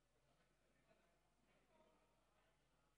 חבר הכנסת